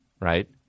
Right